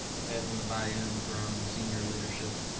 having the buy-in from senior leadership